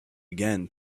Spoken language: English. again